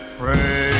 pray